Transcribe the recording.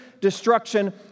destruction